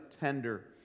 tender